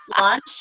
launch